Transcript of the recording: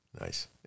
Nice